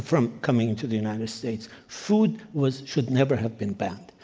from coming into the united states. food was should never have been banned.